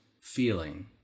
feeling